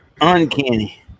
Uncanny